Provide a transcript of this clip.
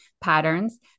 patterns